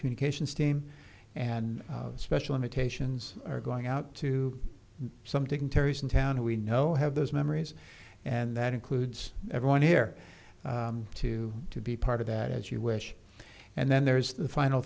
communications team and special imitations are going out to something terry's in town who we know have those memories and that includes everyone here to be part of that as you wish and then there's the final